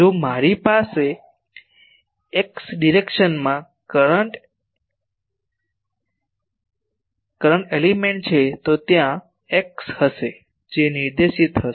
જો મારી પાસે એક્સ ડિરેક્શનમાં કરંટ એલિમેન્ટ છે તો ત્યાં એક્સ હશે જે નિર્દેશિત હશે